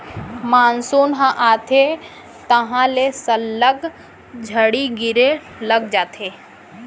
monsoon ह आथे तहॉं ले सल्लग झड़ी गिरे लग जाथे